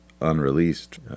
unreleased